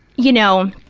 you know,